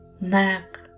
neck